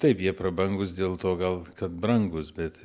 taip jie prabangūs dėl to gal kad brangūs bet